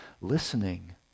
listening